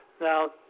Now